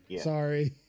Sorry